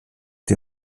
die